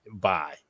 bye